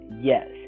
yes